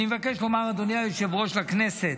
אני מבקש, אדוני היושב-ראש, לומר לכנסת: